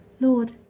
Lord